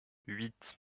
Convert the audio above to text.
huit